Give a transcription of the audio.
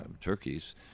turkeys